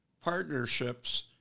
partnerships